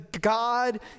God